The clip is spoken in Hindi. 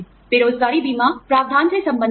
बेरोज़गारी बीमा प्रावधान से संबंधित है